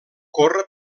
corre